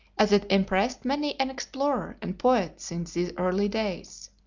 as it impressed many an explorer and poet since these early days.